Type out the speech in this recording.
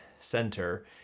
center